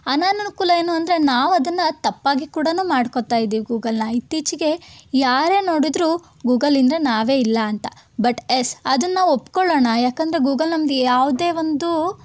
ಅನನುಕೂಲ ಏನು ಅಂದರೆ ನಾವು ಅದನ್ನು ತಪ್ಪಾಗಿ ಕೂಡ ಮಾಡ್ಕೋತಾ ಇದಿವಿ ಗೂಗಲನ್ನ ಇತ್ತೀಚಿಗೆ ಯಾರೇ ನೋಡಿದರೂ ಗೂಗಲಿಂದ್ರೆ ನಾವೇ ಇಲ್ಲ ಅಂತ ಬಟ್ ಎಸ್ ಅದನ್ನ ನಾವು ಒಪ್ಪಿಕೊಳ್ಳೋಣ ಯಾಕಂದರೆ ಗೂಗಲ್ ನಮ್ದು ಯಾವುದೇ ಒಂದು